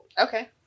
Okay